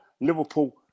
Liverpool